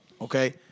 okay